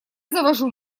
завожу